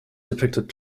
depicted